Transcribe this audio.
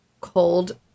cold